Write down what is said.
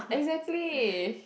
exactly